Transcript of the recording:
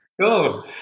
Cool